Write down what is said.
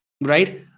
right